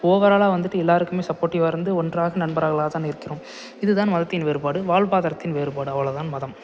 ஓவராலாக வந்துட்டு எல்லாருக்குமே சப்போர்டிவ்வாக இருந்து ஒன்றாக நண்பர்களாகதான் இருக்கிறோம் இதுதான் மதத்தின் வேறுபாடு வாழ்வாதாரத்தின் வேறுபாடு அவ்வளோதான் மதம்